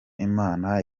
imana